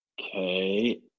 Okay